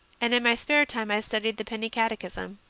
and in my spare time i studied the penny catechism.